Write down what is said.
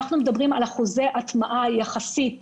אלה אחוזי ההטמעה